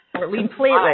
Completely